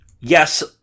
yes